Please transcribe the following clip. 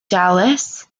dallas